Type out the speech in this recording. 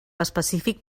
específic